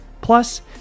Plus